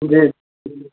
जी जी